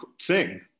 sing